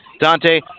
Dante